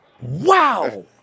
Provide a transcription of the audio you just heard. Wow